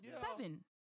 seven